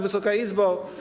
Wysoka Izbo!